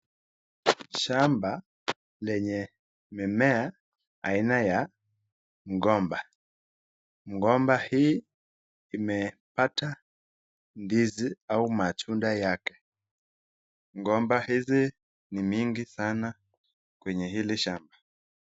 Shamba lenye mimea aina ya mgomba. Mgomba hii imepata ndizi au matunda yake. Mgomba hizi ni mingi sana kwenye hili shamba.